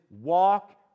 walk